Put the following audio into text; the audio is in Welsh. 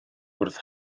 wrth